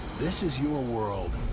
this is your world.